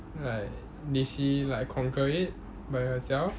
like did she like conquer it by herself